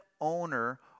owner